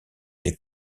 des